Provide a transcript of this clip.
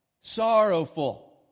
sorrowful